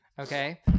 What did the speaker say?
Okay